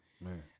Man